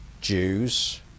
Jews